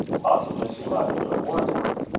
possibly she might enjoy wordsworth.